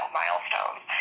milestones